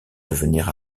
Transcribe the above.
devenir